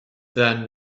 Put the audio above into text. then